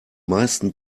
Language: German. meisten